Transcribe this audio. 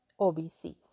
OBCs